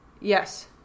Yes